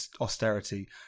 austerity